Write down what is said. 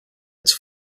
its